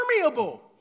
permeable